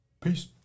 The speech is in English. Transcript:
Peace